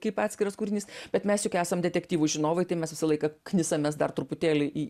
kaip atskiras kūrinys bet mes juk esam detektyvų žinovai tai mes visą laiką knisamės dar truputėlį į